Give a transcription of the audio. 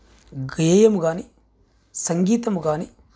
గేయం కానీ సంగీతం కానీ